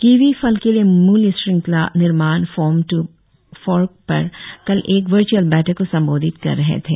kiwi फल के लिए मूल्य श्रृंखला निर्माण फॉर्म टू फॉर्क पर कल एक वर्च्अल बैठक को संबोधित कर रहे थे